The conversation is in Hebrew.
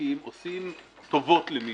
שבנקים עושים טובות למישהו.